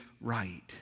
right